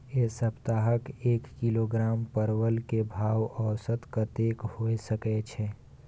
ऐ सप्ताह एक किलोग्राम परवल के भाव औसत कतेक होय सके छै?